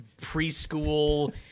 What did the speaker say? preschool